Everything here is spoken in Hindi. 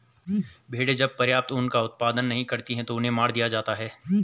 भेड़ें जब पर्याप्त ऊन का उत्पादन नहीं करती हैं तो उन्हें मार दिया जाता है